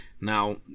now